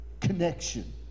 connection